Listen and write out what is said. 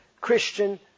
Christian